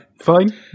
fine